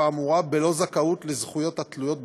האמורה בלא זכאות לזכויות התלויות בוותק,